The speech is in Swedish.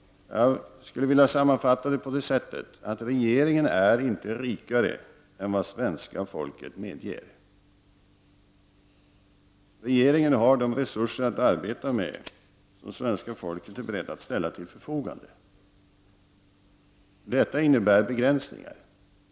Jag skulle vilja sammanfatta det så att regeringen inte är rikare än svenska folket medger. Regeringen har de resurser att arbeta med som svenska folket är berett att ställa till förfogande. Detta innebär begränsningar.